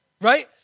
right